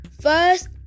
first